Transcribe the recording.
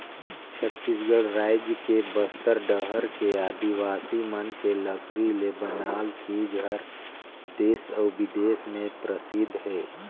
छत्तीसगढ़ रायज के बस्तर डहर के आदिवासी मन के लकरी ले बनाल चीज हर देस अउ बिदेस में परसिद्ध हे